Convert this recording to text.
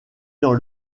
dans